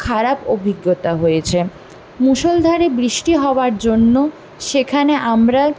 খারাপ অভিজ্ঞতা হয়েছে মুষলধারে বৃষ্টি হওয়ার জন্য সেখানে আমরা